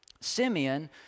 Simeon